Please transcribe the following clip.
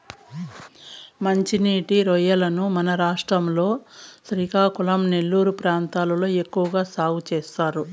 మంచి నీటి రొయ్యలను మన రాష్ట్రం లో శ్రీకాకుళం, నెల్లూరు ప్రాంతాలలో ఎక్కువ సాగు చేస్తారు